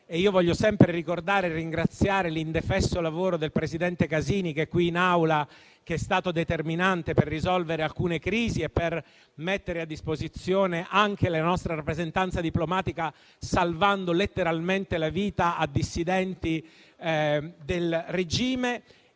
Voglio sempre ricordare e ringraziare l'indefesso lavoro del presidente Casini, che è qui in Aula, che è stato determinante per risolvere alcune crisi e per mettere a disposizione la nostra rappresentanza diplomatica, salvando letteralmente la vita a dissidenti del regime.